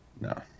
No